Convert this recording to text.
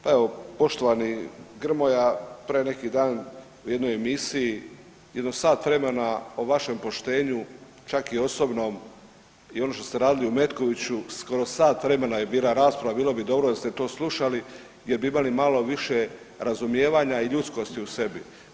Pa evo poštovani Grmoja pre neki dan u jednoj emisiji jedno sat vremena o vašem poštenju čak i osobnom i ono što ste radili u Metkoviću skoro sat vremena je bila rasprava, bilo bi dobro da ste to slušali jer bi imali malo više razumijevanja i ljudskosti u sebi.